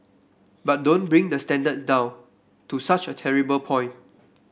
but don't bring the standard down to such a terrible point